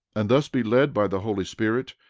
and thus be led by the holy spirit,